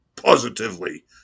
positively